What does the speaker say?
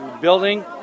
building